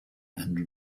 and